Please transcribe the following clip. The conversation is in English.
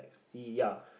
sea ya